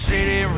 City